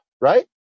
Right